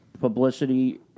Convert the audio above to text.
publicity